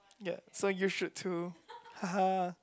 ya so should to